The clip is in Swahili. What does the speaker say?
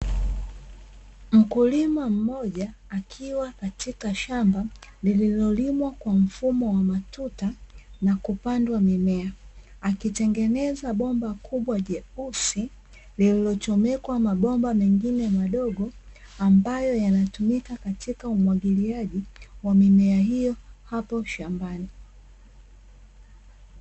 Mkulima mmoja akiwa katika shamba lililolimwa kwa mfumo wa matuta na kupandwa mimea, akitengeneza bomba kubwa jeusi lililochomekwa mabomba mengine madogo ambayo yanatumika katika umwagiliaji wa mimea hio hapo shambani.